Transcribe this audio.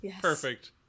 Perfect